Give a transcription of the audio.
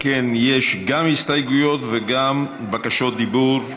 אם כן, יש גם הסתייגויות וגם בקשות דיבור.